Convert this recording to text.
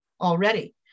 already